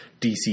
DC